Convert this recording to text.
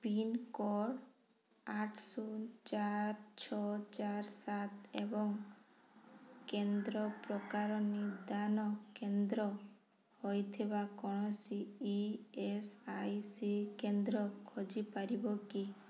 pincode ଆଠ ଶୂନ ଚାରି ଛଅ ଚାର ସାତ ଏବଂ କେନ୍ଦ୍ର ପ୍ରକାର ନିଦାନ କେନ୍ଦ୍ର ହୋଇଥିବା କୌଣସି ଇ ଏସ୍ ଆଇ ସି କେନ୍ଦ୍ର ଖୋଜିପାରିବ କି